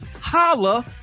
Holla